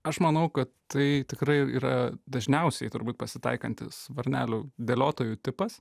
aš manau kad tai tikrai yra dažniausiai turbūt pasitaikantis varnelių dėliotojų tipas